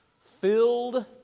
Filled